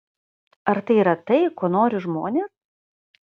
ar tai yra tai ko nori žmonės